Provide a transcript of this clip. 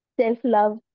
self-love